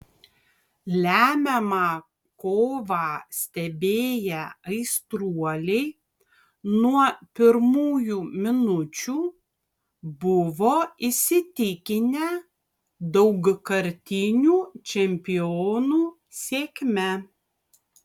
lemiamą kovą stebėję aistruoliai nuo pirmųjų minučių buvo įsitikinę daugkartinių čempionų sėkme